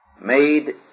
made